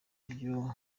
byo